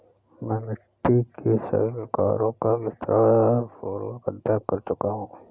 मैं मिट्टी के सभी प्रकारों का विस्तारपूर्वक अध्ययन कर चुका हूं